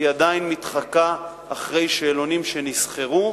היא עדיין מתחקה אחרי שאלונים שנסחרו.